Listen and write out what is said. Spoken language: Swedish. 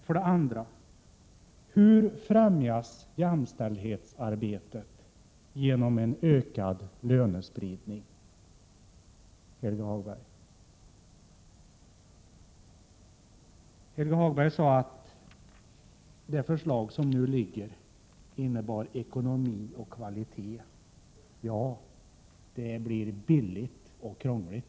För det andra: Hur främjas jämställdhetsarbetet genom en ökad lönespridning, Helge Hagberg? Helge Hagberg sade att det förslag som nu föreligger innebär ekonomi och 43 kvalitet. Ja, det blir billigt och krångligt.